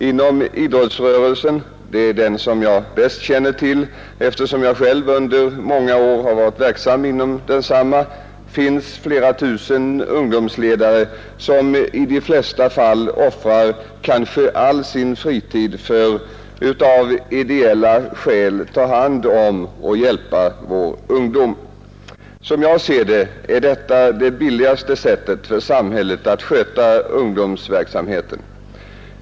Inom idrottsrörelsen — det är den jag bäst känner till, eftersom jag själv under många år har varit verksam inom densamma — finns flera tusen ungdomsledare, som i de flesta fall offrar kanske det mesta av sin fritid för att av ideella skäl ta hand om och hjälpa vår ungdom. Som jag ser det är detta det billigaste sättet för samhället att sköta ungdomsverksamheten.